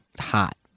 hot